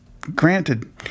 Granted